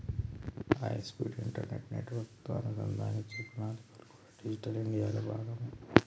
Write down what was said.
high speed internet నెట్వర్క్లతో అనుసంధానించే ప్రణాళికలు కూడా డిజిటల్ ఇండియాలో భాగమే